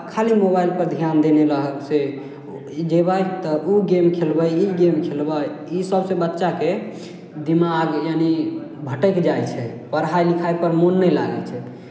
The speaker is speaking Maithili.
खाली मोबाइलपर ध्यान देने रहल से ई जयबै तऽ ओ गेम खेलबै ई गेम खेलबै इसभसँ बच्चाके दिमाग यानि भटकि जाइ छै पढ़ाइ लिखाइपर मोन नहि लागै छै